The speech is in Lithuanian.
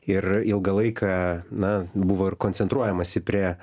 ir ilgą laiką na buvo ir koncentruojamasi prie